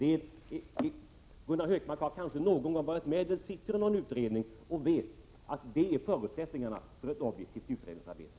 Gunnar Hökmark har kanske någon gång varit med i — eller sitter i — någon utredning, och vet att det är förutsättningen för ett objektivt utredningsarbete.